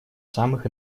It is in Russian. самых